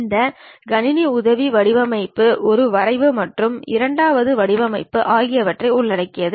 இந்த கணினி உதவி வடிவமைப்பு ஒரு வரைவு மற்றும் இரண்டாவது வடிவமைப்பு ஆகியவற்றை உள்ளடக்கியது